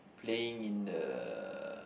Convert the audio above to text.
playing in the